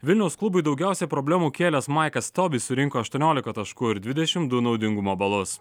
vilniaus klubui daugiausiai problemų kėlęs maikas tobis surinko aštuoniolika taškų ir dvidešimt du naudingumo balus